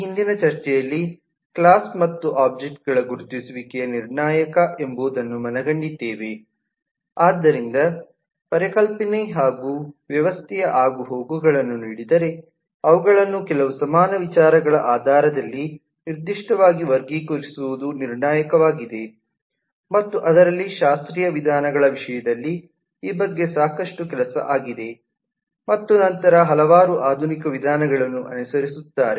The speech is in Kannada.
ಈ ಹಿಂದಿನ ಚರ್ಚೆಯಲ್ಲಿ ಕ್ಲಾಸ್ ಮತ್ತು ಅಬ್ಜೆಕ್ಟ್ ಗಳ ಗುರುತಿಸುವಿಕೆಯು ನಿರ್ಣಾಯಕ ಎಂಬುದನ್ನು ಮನಗಂಡಿದ್ದೇವೆ ಆದ್ದರಿಂದ ಪರಿಕಲ್ಪನೆ ಹಾಗೂ ವ್ಯವಸ್ಥೆಯ ಆಗು ಹೋಗು ಗಳನ್ನು ನೀಡಿದರೆ ಅವುಗಳನ್ನು ಕೆಲವು ಸಮಾನ ವಿಚಾರಗಳ ಆಧಾರದಲ್ಲಿ ನಿರ್ದಿಷ್ಟವಾಗಿ ವರ್ಗೀಕರಿಸುವುದು ನಿರ್ಣಾಯಕವಾಗಿದೆ ಮತ್ತು ಅದರಲ್ಲಿ ಶಾಸ್ತ್ರೀಯ ವಿಧಾನಗಳ ವಿಷಯದಲ್ಲಿ ಈ ಬಗ್ಗೆ ಸಾಕಷ್ಟು ಕೆಲಸ ಆಗಿದೆ ಮತ್ತು ನಂತರ ಹಲವಾರು ಆಧುನಿಕ ವಿಧಾನಗಳನ್ನು ಅನುಸರಿಸುತ್ತಾರೆ